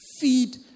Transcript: feed